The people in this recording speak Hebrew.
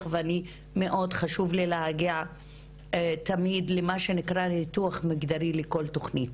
ואני מאוד חשוב לי להגיע תמיד למה שנקרא ניתוח מגדרי לכל תוכנית.